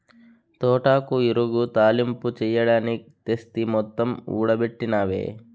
తోటాకు ఇగురు, తాలింపు చెయ్యడానికి తెస్తి మొత్తం ఓడబెట్టినవే